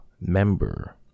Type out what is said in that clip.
member